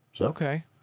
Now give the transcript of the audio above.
Okay